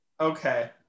Okay